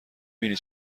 بینی